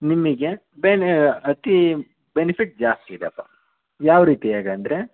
ನಿಮಗೆ ಬೆನೀ ಅತಿ ಬೆನಿಫಿಟ್ ಜಾಸ್ತಿ ಇದೆಪ್ಪ ಯಾವ ರೀತಿಯಾಗಿ ಅಂದರೆ